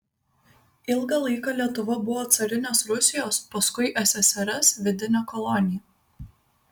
ilgą laiką lietuva buvo carinės rusijos paskui ssrs vidine kolonija